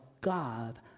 God